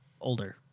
older